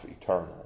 eternal